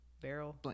Barrel